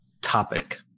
topic